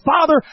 father